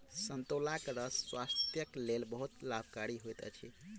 संतोलाक रस स्वास्थ्यक लेल बहुत लाभकारी होइत अछि